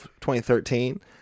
2013